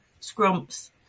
scrumps